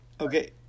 Okay